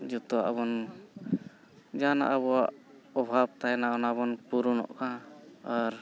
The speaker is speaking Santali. ᱡᱚᱛᱚᱣᱟᱜ ᱵᱚᱱ ᱡᱟᱦᱟᱱᱟᱜ ᱟᱵᱚᱣᱟᱜ ᱚᱵᱷᱟᱵᱽ ᱛᱟᱦᱮᱱᱟ ᱚᱱᱟ ᱵᱚᱱ ᱯᱩᱨᱚᱱᱚᱜ ᱠᱟᱱᱟ ᱟᱨ